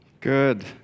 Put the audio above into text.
Good